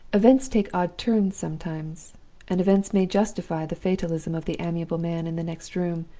events take odd turns sometimes and events may justify the fatalism of the amiable man in the next room,